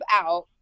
out